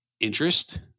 interest –